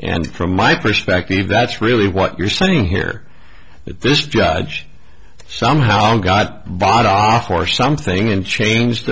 and from my perspective that's really what you're saying here that this judge somehow got bought off or something and changed